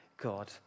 God